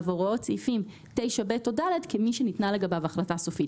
הוראות סעיפים 9(ב) או (ד) כמי שניתנה לגביו החלטה סופית".